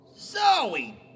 Zoe